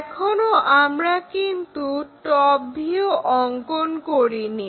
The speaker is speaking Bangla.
এখনো আমরা কিন্তু টপ ভিউ অংকন করিনি